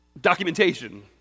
documentation